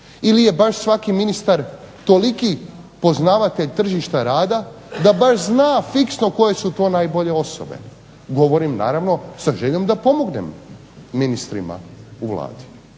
ili je baš svaki ministar toliki poznavatelj tržišta rada da baš zna fiksno koje su to najbolje osobe. Govorim naravno sa željom da pomognem ministrima u Vladi.